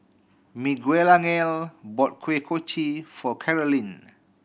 Miguelangel bought Kuih Kochi for Carolynn